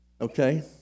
Okay